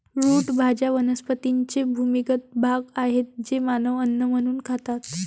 route भाज्या वनस्पतींचे भूमिगत भाग आहेत जे मानव अन्न म्हणून खातात